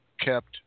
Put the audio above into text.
kept